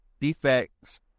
defects